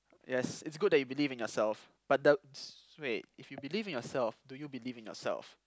yes it's good that you believe in yourself but d~ wait if you believe in yourself do you believe in yourself